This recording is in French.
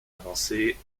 avancée